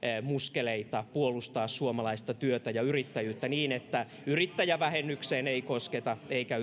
muskeleita puolustaa suomalaista työtä ja yrittäjyyttä niin että yrittäjävähennykseen ei kosketa eikä